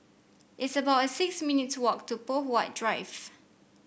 it's about six minutes' walk to Poh Huat Drive